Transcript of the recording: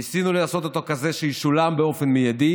ניסינו לעשות אותו כזה שישולם באופן מיידי